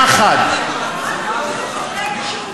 יחד,